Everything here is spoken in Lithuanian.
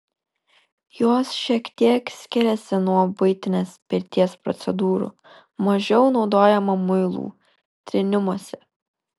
jos šiek tiek skiriasi nuo buitinės pirties procedūrų mažiau naudojama muilų trynimosi